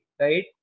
right